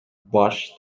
баш